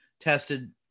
tested